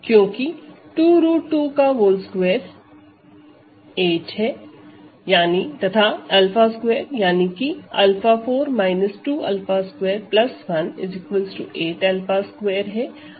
क्योंकि 2 √22 8 है तथा 𝛂2 यानी कि 𝛂 4 2 𝛂2 1 8 𝛂2 है